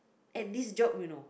at this job you know